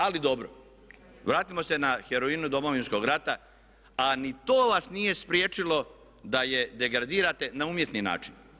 Ali dobro, vratimo se na heroinu Domovinskog rata a ni to vas nije spriječilo da je degradirate na umjetni način.